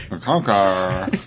Conquer